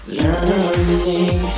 learning